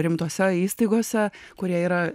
rimtose įstaigose kurie yra